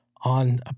on